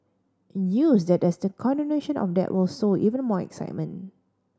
and use that there's continuation of that will sow even more excitement